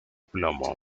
plomo